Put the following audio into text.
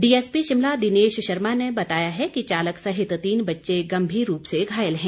DSP Shimla Dinesh Sharma ने बताया है चालक सहित तीन बच्चे गंभीर रूप से घायल हैं